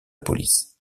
police